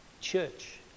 church